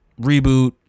reboot